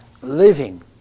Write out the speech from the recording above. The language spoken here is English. living